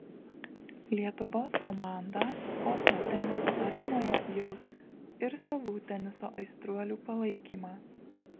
lietuvos komandą oslo teniso arenoje jaus ir savų teniso aistruolių palaikymą